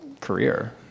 career